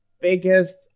biggest